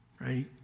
right